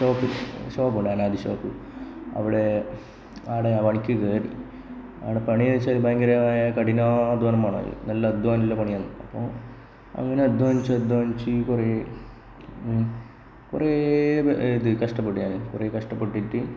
shop ഷോപ്പുണ്ടായിരുന്നു ആദി shop അവിടെ അവിടെ ഞാൻ പണിക്ക് കയറി അവിടെ പണി എന്ന് വെച്ചാല് ന്നുവച്ചാല് ഭയങ്കര കഠിന അധ്വാനം വേണം നല്ല അധ്വാനം ഉള്ള പണിയാണ് അപ്പോൾ അങ്ങനെ അധ്വാനിച്ച് അധ്വാനിച്ച് കുറെ കുറെ ഇത് കഷ്ടപ്പെട്ട് ഞാൻ കുറെ കഷ്ടപ്പെട്ടിട്ട്